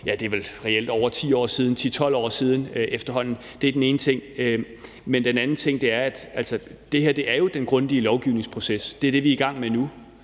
ja, det er vel efterhånden 10-12 år siden. Det er den ene ting. Men den anden ting er jo, at det er den grundige lovgivningsproces, som vi nu er i gang med,